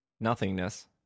nothingness